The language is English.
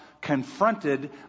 confronted